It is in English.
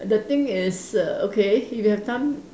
the thing is err okay if you have time